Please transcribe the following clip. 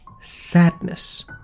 sadness